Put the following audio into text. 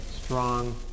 strong